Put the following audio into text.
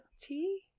tea